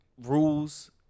rules